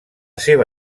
seva